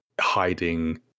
hiding